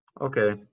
Okay